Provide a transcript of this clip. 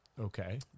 Okay